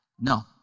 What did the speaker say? no